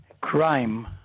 Crime